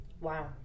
Wow